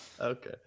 okay